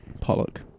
pollock